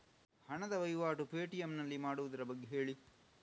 ಹಣದ ವಹಿವಾಟು ಪೇ.ಟಿ.ಎಂ ನಲ್ಲಿ ಮಾಡುವುದರ ಬಗ್ಗೆ ಹೇಳಿ